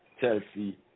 Chelsea